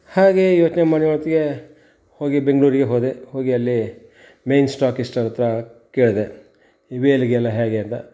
ಹಾಗೇ ಯೋಚನೆ ಮಾಡುವ ಹೊತ್ತಿಗೆ ಹೋಗಿ ಬೆಂಗಳೂರಿಗೆ ಹೋದೆ ಹೋಗಿ ಅಲ್ಲಿ ಮೇಯ್ನ್ ಸ್ಟಾಕಿಸ್ಟ್ ಹತ್ತಿರ ಕೇಳಿದೆ ಈ ವೇಲಿಗೆಲ್ಲಾ ಹೇಗೆ ಅಂತ